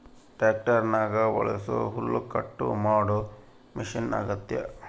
ಟ್ಯಾಕ್ಟರ್ನಗ ಬಳಸೊ ಹುಲ್ಲುಕಟ್ಟು ಮಾಡೊ ಮಷಿನ ಅಗ್ಯತೆ